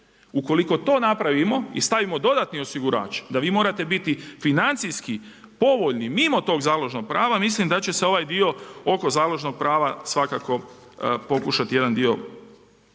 Ukoliko to napravimo i stavimo dodatni osigurač da vi morate biti financijski povoljni mimo tog založnog prava mislim da će se ovaj dio oko založnog prava svakako pokušati jedan dio poboljšati.